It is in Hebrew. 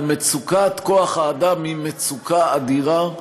אבל מצוקת כוח האדם היא מצוקה אדירה.